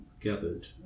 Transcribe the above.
gathered